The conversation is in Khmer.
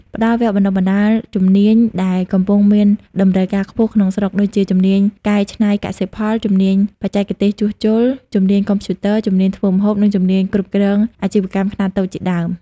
ផ្តល់វគ្គបណ្តុះបណ្តាលជំនាញដែលកំពុងមានតម្រូវការខ្ពស់ក្នុងស្រុក ដូចជា ជំនាញកែច្នៃកសិផល ជំនាញបច្ចេកទេសជួសជុល ជំនាញកុំព្យូទ័រ ជំនាញធ្វើម្ហូប និងជំនាញគ្រប់គ្រងអាជីវកម្មខ្នាតតូចជាដើម។